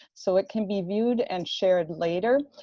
so it can be viewed and shared later,